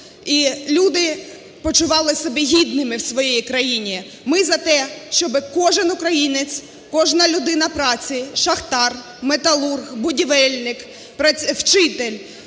і люди почували себе гідними в своїй країні. Ми за те, щоби кожен українець, кожна людина праці – шахтар, металург, будівельник, вчитель